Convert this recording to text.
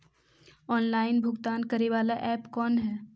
Online भुगतान करे बाला ऐप कौन है?